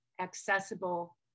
accessible